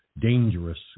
dangerous